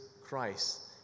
Christ